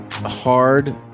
Hard